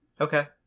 Okay